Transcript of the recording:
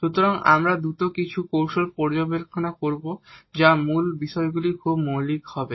সুতরাং আমরা দ্রুত কিছু কৌশল পর্যালোচনা করব যা মূল বিষয়গুলির খুব মৌলিক হবে